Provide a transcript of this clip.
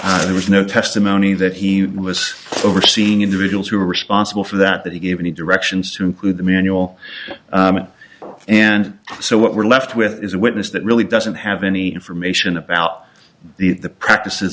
units there was no testimony that he was overseeing individuals who were responsible for that that he gave any directions to include the manual and so what we're left with is a witness that really doesn't have any information about the practices